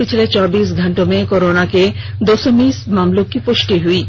पिछले चौबीस घंटो में कोरोना के दो सौ बीस मामलों की पुष्टि हुई है